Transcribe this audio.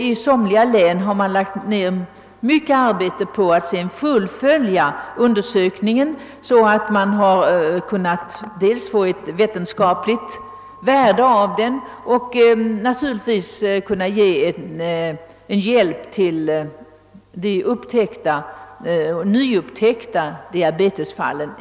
I somliga län har man lagt ned mycket arbete på att fullfölja dessa undersökningar för att få ut ett vetenskapligt resultat och för att ge hjälp åt de nyupptäckta diabetesfallen.